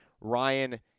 Ryan